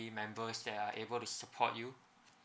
member what are able to support you